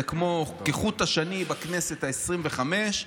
זה כחוט השני בכנסת העשרים וחמש,